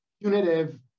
punitive